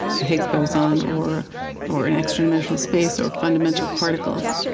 the higgs boson or or an extra dimension of space or fundamental particles.